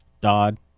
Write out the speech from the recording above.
Dodd